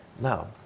Now